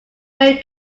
very